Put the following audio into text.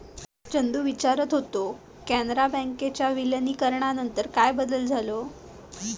चंदू विचारत होतो, कॅनरा बँकेच्या विलीनीकरणानंतर काय बदल झालो?